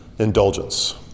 indulgence